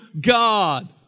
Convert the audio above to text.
God